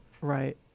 Right